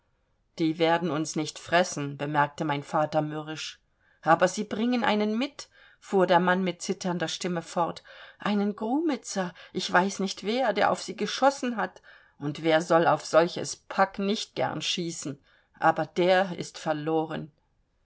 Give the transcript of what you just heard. die werden uns nicht fressen bemerkte mein vater mürrisch aber sie bringen einen mit fuhr der mann mit zitternder stimme fort einen grumitzer ich weiß nicht wer der auf sie geschossen hat und wer soll auf solches pack nicht gern schießen aber der ist verloren